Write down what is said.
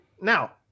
Now